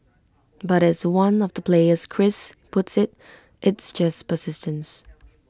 but as one of the players Chris puts IT it's just persistence